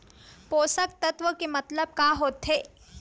पोषक तत्व के मतलब का होथे?